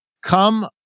Come